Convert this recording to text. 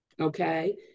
Okay